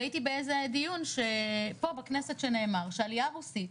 והייתי באיזה דיון פה בכנסת שנאמר שהעלייה הרוסית,